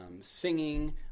singing